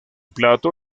plato